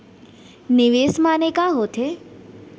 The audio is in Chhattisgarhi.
निवेश माने का होथे?